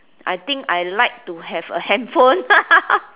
I think I like to have a handphone